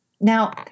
Now